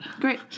Great